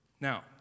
Now